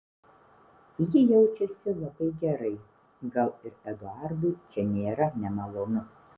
ji jaučiasi labai gerai gal ir eduardui čia nėra nemalonu